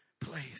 place